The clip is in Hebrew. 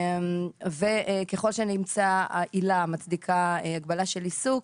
וככל שנמצא עילה המצדיקה הגבלה של עיסוק,